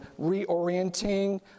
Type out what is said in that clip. reorienting